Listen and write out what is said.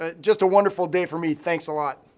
ah just a wonderful day for me. thanks a lot.